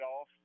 off